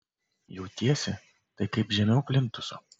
jautiesi tai kaip žemiau plintuso